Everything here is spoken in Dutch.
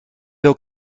wil